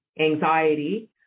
anxiety